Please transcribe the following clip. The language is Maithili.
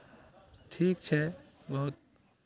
ठीक छै बहुत